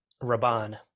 Raban